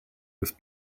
was